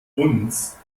uns